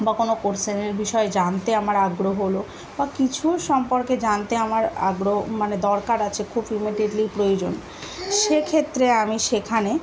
বা কোনো কোশ্চেনের বিষয়ে জানতে আমার আগ্রহ হলো বা কিছু সম্পর্কে জানতে আমার আগ্রহ মানে দরকার আছে খুব ইমিডিয়েটলি প্রয়োজন সেক্ষেত্রে আমি সেখানে